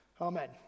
Amen